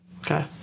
Okay